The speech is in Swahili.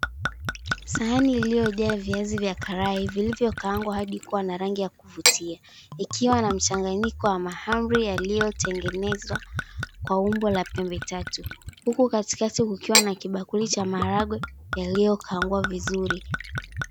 Sahani iliyojaa viazi vya karai vilivyokaangwa hadi kuwa na rangi ya kuvutia. Ikiwa na na mchanganyiko wa mahamri yaliyotengenezwa kwa umbo la pembe tatu, huku katikati kukiwa na kibakuli cha maharagwe yaliyokaangwa vizuri.